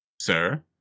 sir